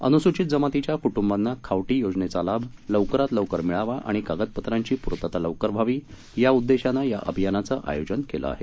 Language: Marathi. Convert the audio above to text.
अनुसूचित जमातीच्या कुटुंबांना खावटी योजनेचा लाभ लवकरात लवकर मिळावा आणि कागदपत्रांची पुर्तता लवकर व्हावी हा या अभियानाचा उद्देश आहे